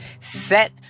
Set